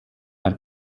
are